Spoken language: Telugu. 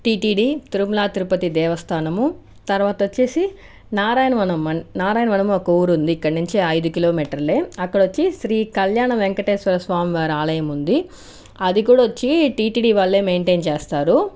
టీటీడీ తిరుమల తిరుపతి దేవస్థానం తర్వాత వచ్చేసి నారాయణవనము నారాయణవనము ఒక ఊరు ఉంది ఇక్కడ నుంచి ఒక ఐదు కిలోమీటర్లే అక్కడ వచ్చి శ్రీ కళ్యాణ వెంకటేశ్వర స్వామి వారి ఆలయం ఉంది అది కూడా వచ్చి టీటీడీ వాళ్ళే మెయిన్టైన్ చేస్తారు